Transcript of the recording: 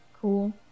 Cool